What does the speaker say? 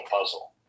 puzzle